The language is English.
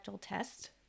test